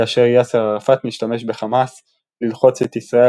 כאשר יאסר ערפאת משתמש בחמאס ללחוץ את ישראל